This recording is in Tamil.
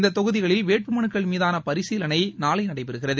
இந்ததொகுதிகளில் வேட்புமலுக்கள் மீதானபரிசீலனைநடைபெறுகிறது